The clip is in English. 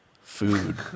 food